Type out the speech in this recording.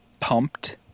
Pumped